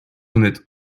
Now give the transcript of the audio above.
honnête